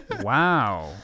Wow